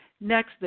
Next